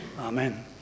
Amen